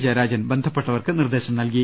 ജയരാജൻ ബന്ധപ്പെട്ട വർക്ക് നിർദ്ദേശം നൽകി